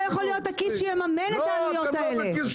יכול להיות הכיס שיממן את העלויות האלה.